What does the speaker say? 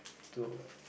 to